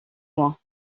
mois